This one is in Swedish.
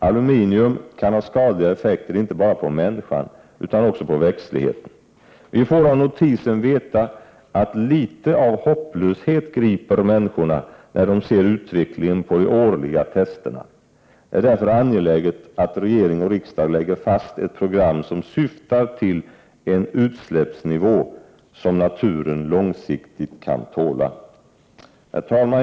Aluminium kan ha skadliga effekter inte bara på människan utan också på växtligheten. Vi får av notisen veta att litet av hopplöshet griper människorna när de ser utvecklingen vid de årliga testerna. Det är därför angeläget att regering och riksdag lägger fast ett program som syftar till en utsläppsnivå som naturen långsiktigt kan tåla. Herr talman!